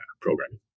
programming